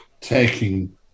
taking